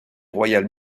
royale